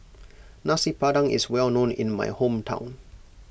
Nasi Padang is well known in my hometown